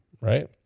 right